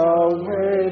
away